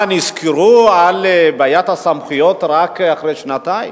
מה, נזכרו לגבי בעיית הסמכויות רק אחרי שנתיים?